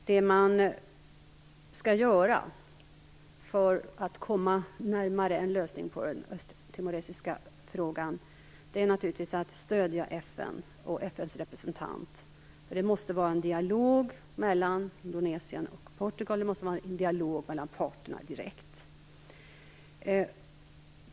Det man skall göra för att komma närmare en lösning på den östtimoresiska frågan är naturligtvis att stödja FN och FN:s representant. Det måste vara en dialog mellan Indonesien och Portugal. Det måste vara en dialog mellan parterna direkt.